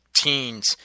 teens